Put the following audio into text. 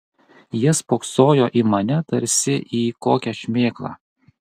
jie spoksojo į mane tarsi į kokią šmėklą